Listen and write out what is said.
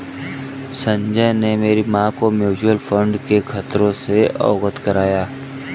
संजय ने मेरी मां को म्यूचुअल फंड के खतरों से अवगत कराया